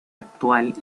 actual